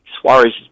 Suarez